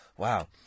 Wow